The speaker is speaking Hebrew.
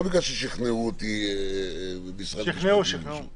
ולא בגלל ששכנעו אותי במשרד המשפטים או משהו כזה --- שכנעו אותך,